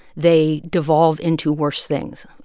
they devolve into worse things.